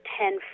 ten